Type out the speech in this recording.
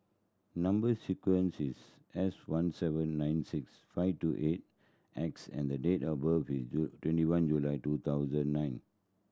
number sequence is S one seven nine six five two eight X and the date of birth is twenty one July two thousand nine